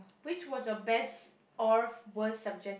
which was your best or worst subject